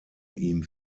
ihm